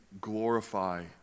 glorify